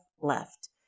left